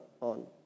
on